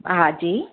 हा जी